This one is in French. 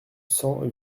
cent